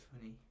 funny